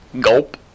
Gulp